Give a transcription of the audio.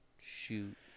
Shoot